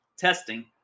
testing